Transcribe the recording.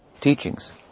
teachings